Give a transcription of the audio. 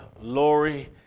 Lori